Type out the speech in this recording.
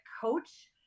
coach